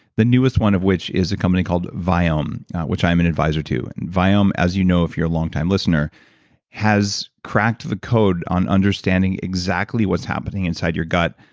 the newest one of which is a company called viome which i'm an advisor too. and viome as you know if you're a long-time listener has cracked the code on understanding exactly what's happening inside your gut.